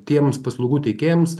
tiems paslaugų teikėjams